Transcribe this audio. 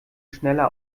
schneller